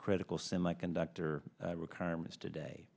critical semiconductor requirements today